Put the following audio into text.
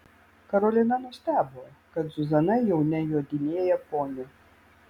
karolina nustebo kad zuzana jau nejodinėja poniu